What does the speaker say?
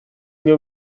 wir